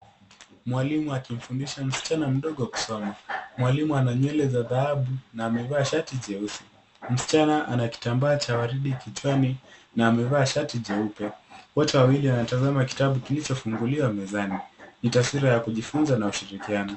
Mwalimu akimfundisha msichana mdogo kusoma. Mwalimu ana nywele za dhahabu na amevaa shati jeusi. Msichana ana kitambaa cha waridi kichwani na amevaa shati jeupe. Wote wawili wanatazama kitabu kilichofunguliwa mezani. Ni taswira ya kujifunza na ushirikiano.